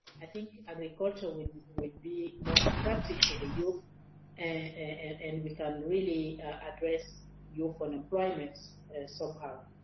i think agriculture would would be more attractive to the youth and become really address youth unemployment somehow.